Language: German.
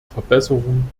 verbesserung